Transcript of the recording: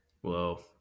Whoa